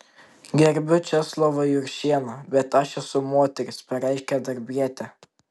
gerbiu česlovą juršėną bet aš esu moteris pareiškė darbietė